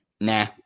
nah